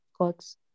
God's